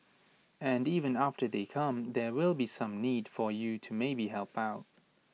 and even after they come there will be some need for you to maybe help out